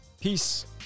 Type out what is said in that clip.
Peace